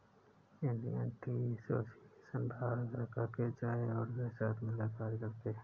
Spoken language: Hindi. इंडियन टी एसोसिएशन भारत सरकार के चाय बोर्ड के साथ मिलकर कार्य करती है